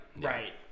right